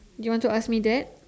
you want to ask me that